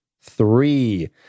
three